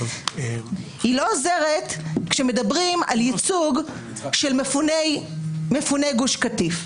היא לא עוזרת כשמדברים על ייצוג של מפוני גוש קטיף.